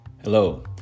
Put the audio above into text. Hello